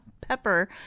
pepper